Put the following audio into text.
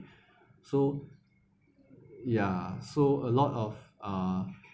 so ya so a lot of uh